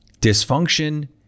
Dysfunction